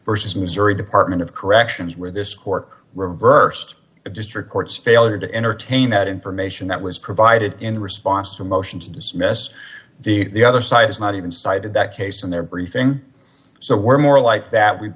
versus missouri department of corrections where this court reversed the district court's failure to entertain that information that was provided in response to a motion to dismiss the other side is not even cited that case in their briefing so we're more like that we